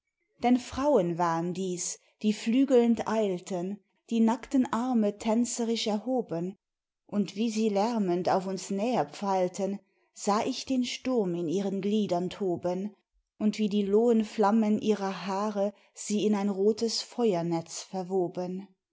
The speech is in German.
denn frauen waren dies die flügelnd eilten die nackten arme tänzerisch erhoben und wie sie lärmend auf uns näherpfeilten sah ich den sturm in ihren gliedern toben und wie die lohen flammen ihrer haare sie in ein rotes feuernetz verwoben